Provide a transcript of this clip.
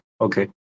okay